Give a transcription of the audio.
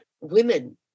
women